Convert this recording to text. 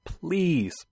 please